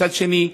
מצד שני,